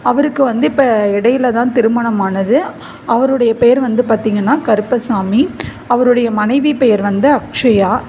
அவருக்கு வந்து இப்போ இடையில் தான் திருமணம் ஆனது அவருடைய பேர் வந்து பார்த்திங்கன்னா கருப்பசாமி அவருடைய மனைவி பெயர் வந்து அக்ஷயா